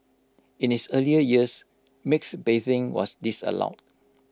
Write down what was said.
in its earlier years mixed bathing was disallowed